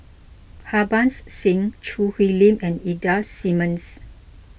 Harbans Singh Choo Hwee Lim and Ida Simmons